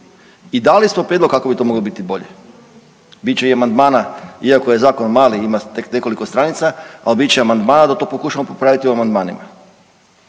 I dali smo prijedlog kako bi to moglo biti bolje, bit će i amandmana iako je zakon mali ima tek nekoliko stranica, ali biti će amandmana da to pokušamo popraviti u amandmanima.